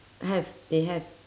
have they have